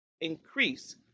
increase